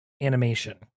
animation